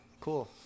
cool